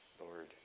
Lord